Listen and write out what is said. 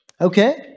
okay